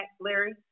Larry